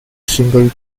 single